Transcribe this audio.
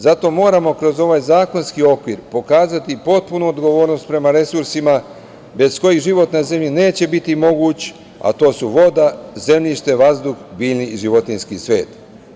Zato moramo kroz ovaj zakonski okvir pokazati potpunu odgovornost prema resursima bez kojih život na zemlji neće biti moguć, a to su vodu, zemljište, vazduh, biljni i životinjski svet.